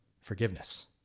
forgiveness